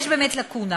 יש באמת לקונה,